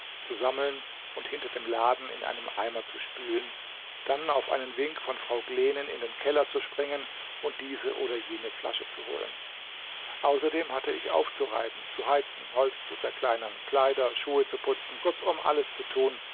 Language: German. zu sammeln und hinter dem laden in einem eimer zu spülen dann auf einen wink von frau glenen in den keller zu springen und diese oder jene flasche zu holen außerdem hatte ich aufzureiben zu heizen holz zu zerkleinern kleider schuhe zu putzen kurzum alles zu tun